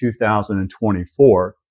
2024